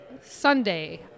Sunday